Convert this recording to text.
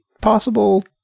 possible